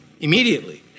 immediately